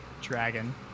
Dragon